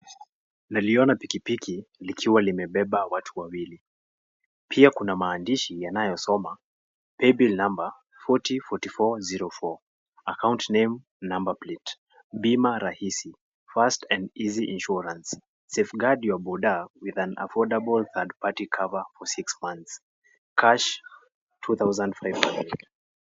Naliona pikipiki likiwa limebeba watu wawili. Pia kuna maandishi yanayosoma. paybill number 404404 . Account name, number plate . Bima rahisi. Fast and easy insurance. Safeguard your Boda with an affordable third-party cover for six months. Cash 2500 .